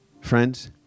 Friends